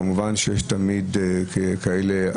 כמובן שיש תמיד הפרעות,